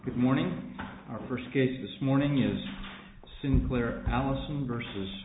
good morning our first case this morning is sinclair allison versus